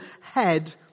head